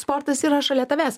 sportas yra šalia tavęs